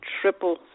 triple